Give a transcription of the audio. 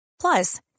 Plus